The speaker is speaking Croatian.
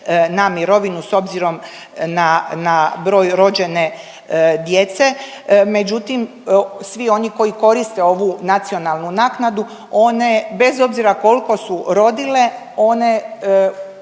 na mirovinu s obzirom na, na broj rođene djece međutim svi oni koji koriste ovu nacionalnu naknadu, one bez obzira koliko su rodile, one